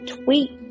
tweet